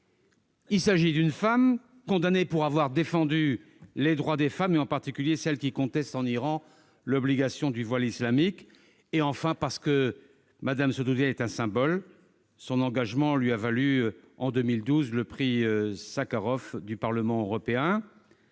telle ; d'une femme condamnée pour avoir défendu les droits des femmes, en particulier celles qui contestent, en Iran, l'obligation de porter le voile islamique ; enfin, parce que Mme Sotoudeh est un symbole. Son engagement lui a valu, en 2012, le prix Sakharov du Parlement européen.